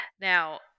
Now